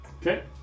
Okay